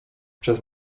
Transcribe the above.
przez